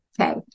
Okay